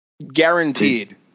Guaranteed